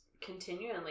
continually